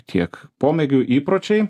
tiek pomėgių įpročiai